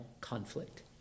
conflict